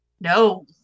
no